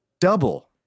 double